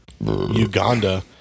Uganda